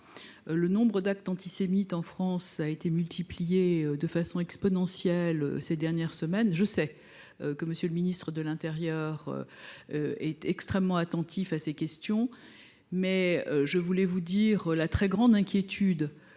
Le nombre d’actes antisémites en France a crû de façon exponentielle ces dernières semaines. Je sais que le ministre de l’intérieur est extrêmement attentif à ces questions. Toutefois, je voulais vous faire part de la très grande inquiétude